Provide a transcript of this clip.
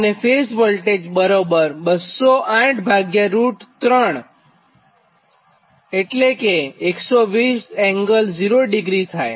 તો phase voltage 2083 બરાબર 120∠0° થાય